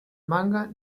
manga